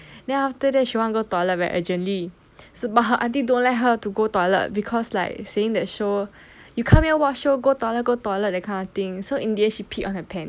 then after that she want go toilet very urgently but her aunty don't let her to go toilet because like seeing that show you come here watch show go toilet go toilet that kind of thing so in the end she peed on her pants